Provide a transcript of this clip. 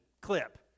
clip